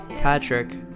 Patrick